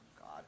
God